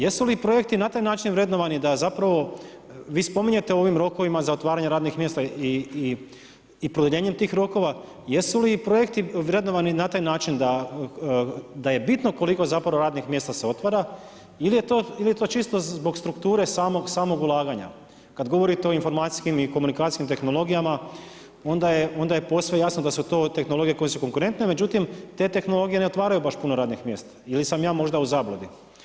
Jesu li projekti na taj način vrednovanja da zapravo vi spominjete o ovim rokovima za otvaranje radnih mjesta i produljenjem tih rokova, jesu li projekti vrednovani na taj način, da je bitno koliko zapravo radnih mjesta se otvara, ili je to čisto zbog strukture samog ulaganja, kada govorite o informacijskim i komunikacijskim tehnologijama, onda je posve jasno da su to tehnologije koje su konkurentne, međutim, te tehnologije ne otvaraju baš puno radnih mjesta, ili sam ja možda u zabludi.